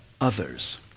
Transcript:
others